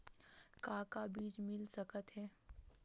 का का बीज मिल सकत हे?